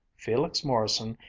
felix morrison,